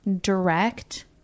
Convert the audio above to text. direct